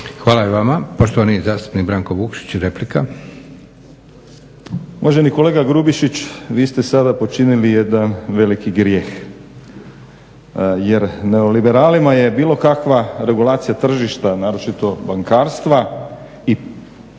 (Hrvatski laburisti - Stranka rada)** Uvaženi kolega Grubišić, vi ste sada počinili jedan veliki grijeh jer neoliberalima je bilo kakva regulacija tržišta naročito bankarstva i pitanje